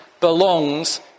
belongs